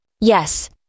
Yes